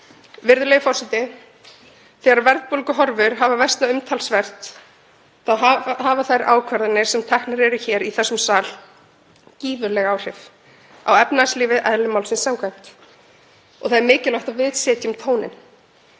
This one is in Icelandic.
Virðulegur forseti. Þegar verðbólguhorfur hafa versnað umtalsvert þá hafa þær ákvarðanir sem teknar eru hér í þessum sal gífurleg áhrif á efnahagslífið, eðli málsins samkvæmt, og það er mikilvægt að við setjum tóninn.